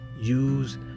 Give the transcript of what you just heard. Use